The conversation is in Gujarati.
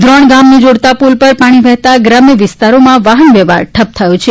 ક્રોણ ગામને જાડતા પુલ પર પાણી વહેતા ગ્રામ્ય વિસ્તારોમાં વાહનવ્યવહાર ઠપ થયો છે